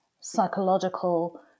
psychological